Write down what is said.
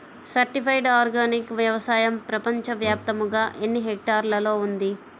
Certified organic వ్యవసాయం ప్రపంచ వ్యాప్తముగా ఎన్నిహెక్టర్లలో ఉంది?